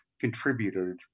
contributed